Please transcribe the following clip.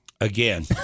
Again